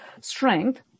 strength